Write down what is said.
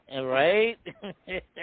Right